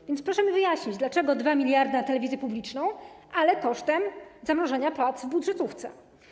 A więc proszę mi wyjaśnić, dlaczego 2 mld idą na telewizję publiczną kosztem zamrożenia płac w budżetówce.